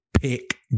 pick